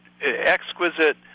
exquisite